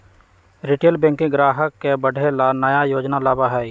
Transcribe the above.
retail banking ग्राहक के बढ़े ला नया योजना लावा हई